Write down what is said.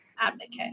advocate